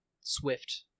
Swift